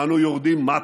אנו יורדים מטה.